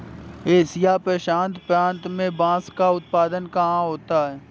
Asia प्रशांत प्रांत में बांस का उत्पादन कहाँ होता है?